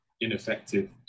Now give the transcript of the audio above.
ineffective